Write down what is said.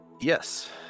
Yes